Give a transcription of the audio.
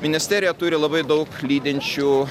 ministerija turi labai daug lydinčių